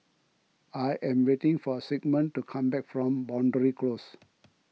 I am waiting for Sigmund to come back from Boundary Close